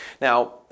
Now